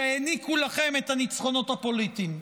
שהעניקו לכם את הניצחונות הפוליטיים.